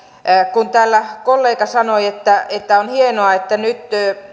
kun täällä kollega sanoi että että on hienoa että nyt